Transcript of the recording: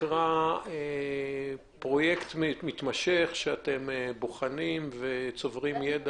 פרויקט מתמשך שאתם בוחנים וצוברים ידע